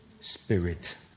spirit